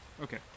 okay